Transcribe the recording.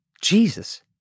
Jesus